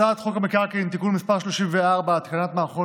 הצעת חוק המקרקעין (תיקון מס' 34) (התקנת מערכות